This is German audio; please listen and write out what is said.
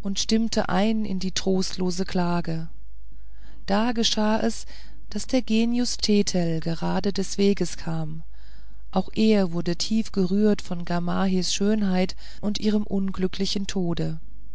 und stimmten ein in die trostlose klage da geschah es daß der genius thetel gerade des weges kam auch er wurde tief gerührt von gamahehs schönheit und ihrem unglücklichen tode